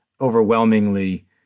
overwhelmingly